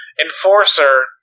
enforcer